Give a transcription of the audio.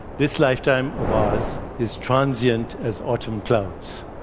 this lifetime of ours is transient as autumn clouds.